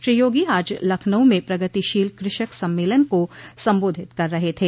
श्री योगी आज लखनऊ में प्रगतिशील कृषक सम्मेलन को संबोधित कर रहे थे